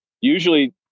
usually